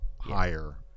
higher